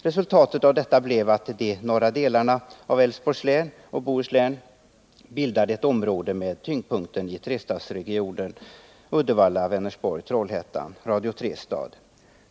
Resultatet av detta blev att de norra delarna av Älvsborgs län och Bohuslän bildade ett område med tyngdpunkten i trestadsregionen Uddevalla-Vänersborg-Trollhättan — Radio Trestad.